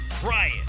Brian